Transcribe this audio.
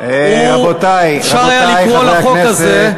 רבותי, אפשר היה לקרוא לחוק הזה,